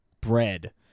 bread